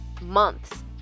months